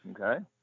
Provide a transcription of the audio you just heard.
Okay